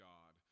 God